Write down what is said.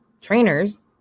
trainers